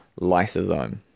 lysosome